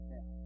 Now